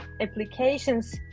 applications